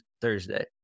Thursday